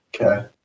Okay